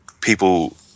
people